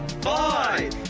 five